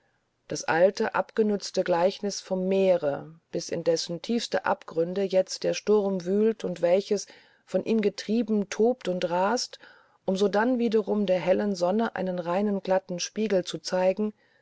das alte abgenützte gleichniß vom meere bis in dessen tiefste abgründe jetzt der sturm wühlt und welches von ihm getrieben tobt und raset um sodann wiederum der hellen sonne einen reinen glatten spiegel zu zeigen